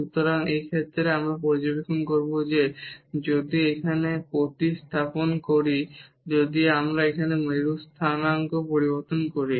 সুতরাং এই ক্ষেত্রে আমরা পর্যবেক্ষণ করব যে যদি আমরা এখানে প্রতিস্থাপন করি যদি আমরা এখন মেরু স্থানাঙ্ক পরিবর্তন করি